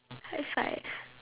high five